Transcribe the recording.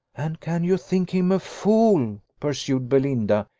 and can you think him a fool, pursued belinda,